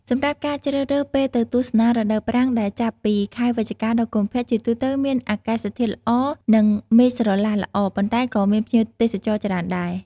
សម្រាប់ការ ជ្រើសរើសពេលទៅទស្សនា រដូវប្រាំង ដែលចាប់ពី ខែវិច្ឆិកា ដល់ កុម្ភៈ ជាទូទៅមានអាកាសធាតុល្អនិងមេឃស្រឡះល្អ ប៉ុន្តែក៏មានភ្ញៀវទេសចរច្រើនដែរ។